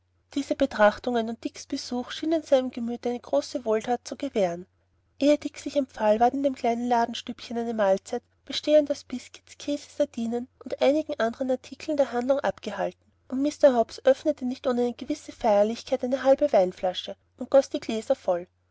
diese betrachtungen und dicks besuch schienen seinem gemüt eine große wohlthat zu gewähren ehe dick sich empfahl ward in dem kleinen ladenstübchen eine mahlzeit bestehend aus biskuits käse sardinen und einigen andern artikeln der handlung abgehalten und mr hobbs öffnete nicht ohne eine gewisse feierlichkeit eine halbe weinflasche und goß die gläser voll